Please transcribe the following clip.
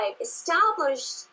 established